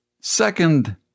Second